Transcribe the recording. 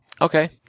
okay